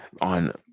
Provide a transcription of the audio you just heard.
on